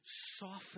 soften